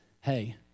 hey